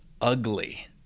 ugly